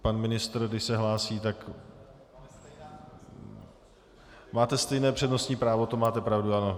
Pan ministr, když se hlásí, tak máte stejné přednostní právo, to máte pravdu, ano.